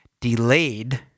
delayed